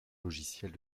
logiciels